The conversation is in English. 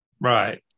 Right